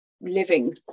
living